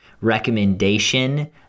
recommendation